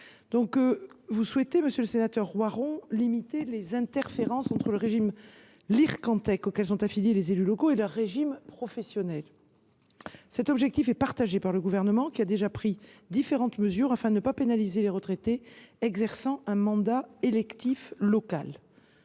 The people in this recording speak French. n° 44 rectifié. Monsieur le sénateur Roiron, vous souhaitez limiter les interférences entre l’Ircantec, auquel sont affiliés les élus locaux, et leurs régimes professionnels. Cet objectif est partagé par le Gouvernement, qui a déjà pris différentes mesures, afin de ne pas pénaliser les retraités exerçant un mandat électif local.